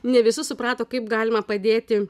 ne visi suprato kaip galima padėti